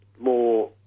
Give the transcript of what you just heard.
more